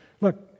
look